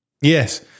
Yes